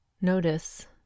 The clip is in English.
Notice